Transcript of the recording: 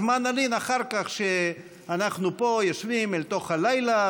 אז מה נלין אחר כך שאנחנו פה יושבים אל תוך הלילה,